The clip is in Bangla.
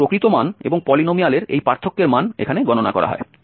এবং প্রকৃত মান এবং পলিনোমিয়ালের এই পার্থক্যের মান এখানে গণনা করা হয়